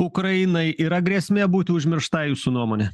ukrainai yra grėsmė būti užmirštai jūsų nuomone